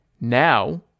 Now